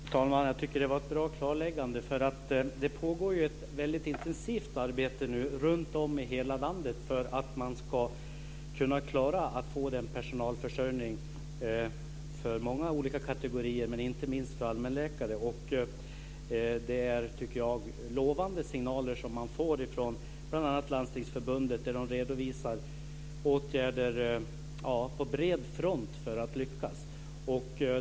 Fru talman! Jag tycker att det var ett bra klarläggande. Det pågår ju ett väldigt intensivt arbete nu runtom i hela landet för att man ska kunna klara att få den här personalförsörjningen när det gäller många olika kategorier, inte minst allmänläkare. Jag tycker att det är lovande signaler som ges från bl.a. Landstingsförbundet, där man redovisar åtgärder på bred front för att lyckas.